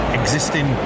existing